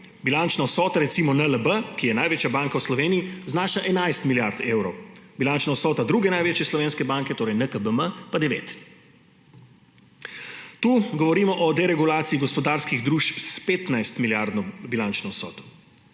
Bilančna vsota recimo NLB, ki je največja banka v Sloveniji, znaša 11 milijard evrov, bilančna vsota druge največje slovenske banke, torej NKBM, pa 9. Tu govorimo o deregulaciji gospodarskih družb s 15 milijardno bilančno vsoto.